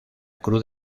cruz